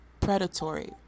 predatory